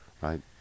right